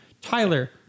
Tyler